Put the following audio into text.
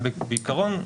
אבל בעיקרון,